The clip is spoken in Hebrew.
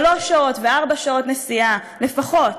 שלוש שעות וארבע שעות נסיעה, לפחות,